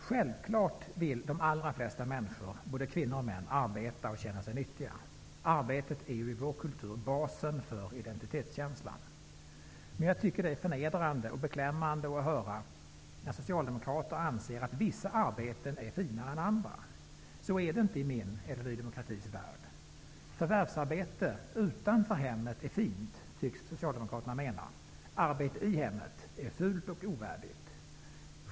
Självfallet vill de allra flesta människor, både kvinnor och män, arbeta och känna sig nyttiga. Arbetet är ju i vår kultur basen för identitetskänslan. Men jag tycker att det är förnedrande och beklämmande att höra socialdemokrater anse att vissa arbeten är finare än andra. Så är det inte i min eller Ny demokratis värld. Förvärvsarbete utanför hemmet är fint, tycks Socialdemokraterna mena, och att arbete i hemmet är fult och ovärdigt.